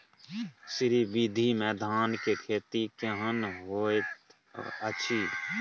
श्री विधी में धान के खेती केहन होयत अछि?